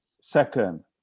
Second